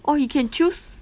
or he can choose